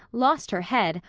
lost her head,